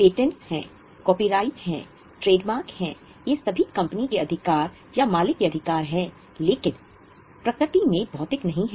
patent हैं copyright हैं trademark हैं ये सभी कंपनी के अधिकार या मालिक के अधिकार हैं लेकिन प्रकृति में भौतिक नहीं हैं